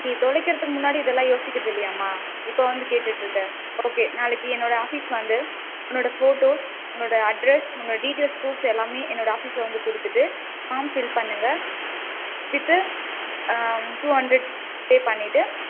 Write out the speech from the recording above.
நீங்கள் தொலைக்கிறதுக்கு முன்னாடி இதெல்லாம் யோசிக்கிறதில்லையாம்மா இப்போ வந்து கேட்டுட்டிருக்க ஓகே நாளைக்கு என்னோடய ஆஃபீஸுக்கு வந்து உன்னோடய ஃபோட்டோஸ் உன்னோடய அட்ரஸ் உன்னோடய டீடெய்ல்ஸ் ப்ரூஃப் எல்லாமே என்னோடய ஆஃபீஸில் வந்து கொடுத்துட்டு ஃபார்ம் ஃபில் பண்ணுங்கள் வித்து டூ ஹண்ட்ரட் பே பண்ணிட்டு